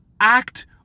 act